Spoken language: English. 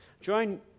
Join